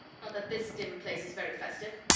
not that this dim place is very festive.